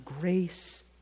grace